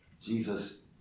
Jesus